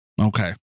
Okay